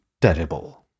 terrible